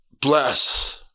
Bless